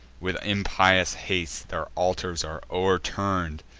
with impious haste their altars are o'erturn'd,